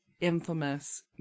infamous